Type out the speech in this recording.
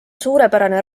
suurepärane